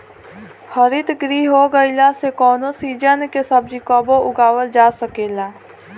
हरितगृह हो गईला से कवनो सीजन के सब्जी कबो उगावल जा सकेला